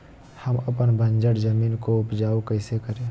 हम अपन बंजर जमीन को उपजाउ कैसे करे?